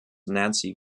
nancy